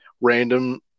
random